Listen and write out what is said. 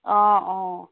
অঁ অঁ